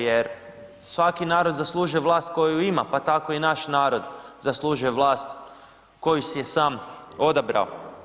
Jer svaki narod zaslužuje vlast koju ima pa tako i naš narod zaslužuje vlast koju si je sam odabrao.